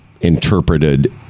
interpreted